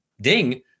ding